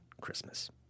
Christmas